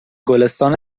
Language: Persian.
گلستان